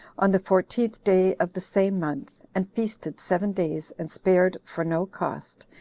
on the fourteenth day of the same month, and feasted seven days, and spared for no cost,